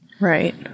Right